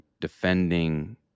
defending